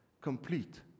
Complete